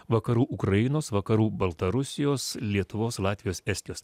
vakarų ukrainos vakarų baltarusijos lietuvos latvijos estijos